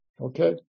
Okay